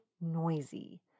noisy